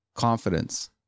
confidence